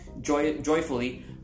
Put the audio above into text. joyfully